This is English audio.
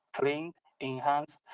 cleaned, enhanced,